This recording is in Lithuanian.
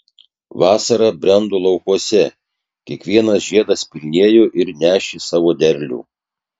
vasara brendo laukuose kiekvienas žiedas pilnėjo ir nešė savo derlių